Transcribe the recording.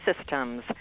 systems